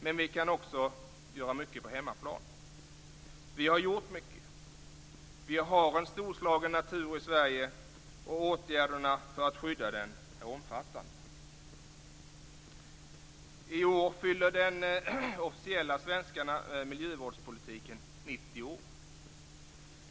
Men vi kan också göra mycket på hemmaplan. Vi har gjort mycket. Vi har en storslagen natur i Sverige, och åtgärderna för att skydda den är omfattande. I år fyller den officiella svenska miljövårdspolitiken 90 år.